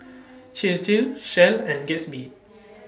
Chir Chir Shell and Gatsby